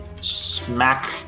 smack